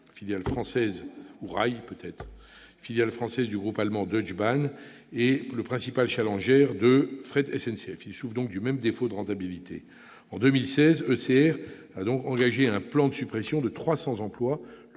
filiale française du groupe allemand Deutsche Bahn et principal challenger de Fret SNCF, souffrent du même défaut de rentabilité. En 2016, ECR a engagé un plan de suppression de 300 emplois,